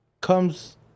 Comes